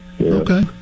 Okay